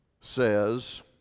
says